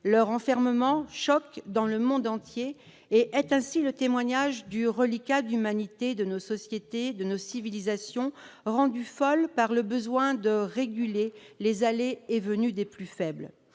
Leur enfermement choque dans le monde entier. Voilà le témoignage du reliquat d'humanité de nos sociétés, de nos civilisations rendues folles par le besoin de réguler les allées et venues des plus faibles